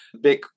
big